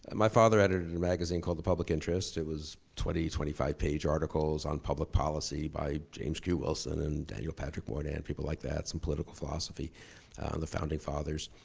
and my father edited a magazine called the public interest. it was twenty, twenty five page articles on public policy by james q. wilson and daniel patrick moynihan, people like that, some political philosophy on the founding fathers.